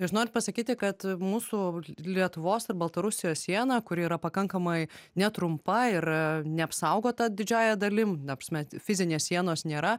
jūs norit pasakyti kad mūsų lietuvos ir baltarusijos siena kuri yra pakankamai netrumpa ir neapsaugota didžiąja dalim ta prasme fizinės sienos nėra